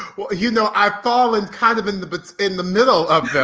well, you know, i've fallen kind of in the but in the middle of